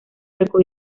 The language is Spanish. arco